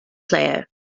player